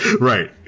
Right